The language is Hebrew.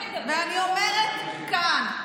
ואני אומרת כאן,